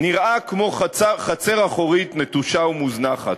נראה כמו חצר אחורית נטושה ומוזנחת?